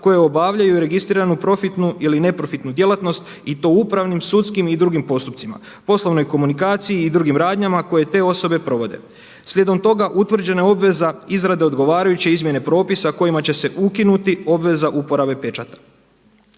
koje obavljaju registriranu profitnu ili neprofitnu djelatnost i to u upravnim, sudskim i drugim postupcima, poslovnoj komunikaciji i drugim radnjama koje te osobe provode. Slijedom toga utvrđena je obveza izrade odgovarajuće izmjene propisa kojima će se ukinuti obveza uporabe pečata.